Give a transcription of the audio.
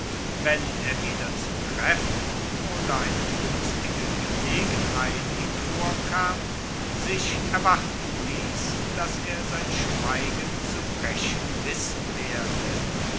wenn er wieder zu kraeften oder eine guenstige gelegenheit ihm vorkam sich erwarten liess dass er sein schweigen zu brechen wissen werde